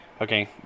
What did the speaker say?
okay